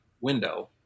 window